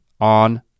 on